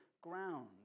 ground